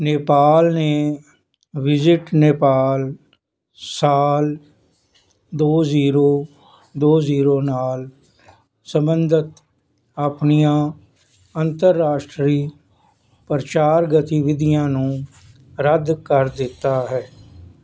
ਨੇਪਾਲ ਨੇ ਵਿਜ਼ਿਟ ਨੇਪਾਲ ਸਾਲ ਦੋ ਜ਼ੀਰੋ ਦੋ ਜ਼ੀਰੋ ਨਾਲ ਸੰਬੰਧਿਤ ਆਪਣੀਆਂ ਅੰਤਰਰਾਸ਼ਟਰੀ ਪ੍ਰਚਾਰ ਗਤੀਵਿਧੀਆਂ ਨੂੰ ਰੱਦ ਕਰ ਦਿੱਤਾ ਹੈ